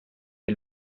est